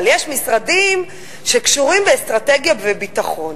אבל יש משרדים שקשורים באסטרטגיה ובביטחון.